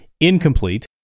incomplete